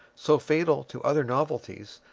so fatal to other novelties,